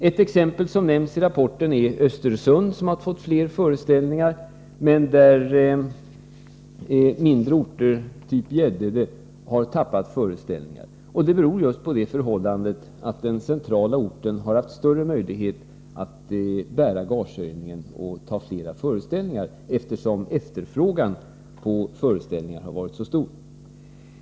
Ett exempel som nämns i rapporten är Östersund, som har fått fler föreställningar, medan mindre orter, typ Gäddede, har tappat föreställningar. Det beror just på det förhållandet att den centrala orten har större möjlighet att bära gagehöjningen och ta fler föreställningar eftersom efterfrågan på föreställningar har varit stor.